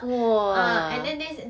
!whoa!